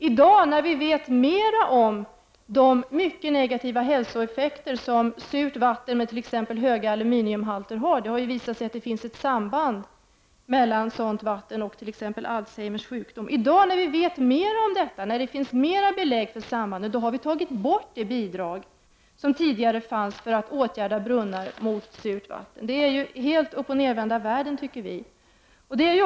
I dag, när man vet mera om de mycket negativa hälsoeffekter som surt vatten med t.ex. höga aluminiumhalter har — det har t.ex. visat sig att det finns ett samband mellan sådant vatten och Alzheimers sjukdom — och när det finns mera belägg för sambandet, har detta bidrag tagits bort. Det är uppochnervända världen.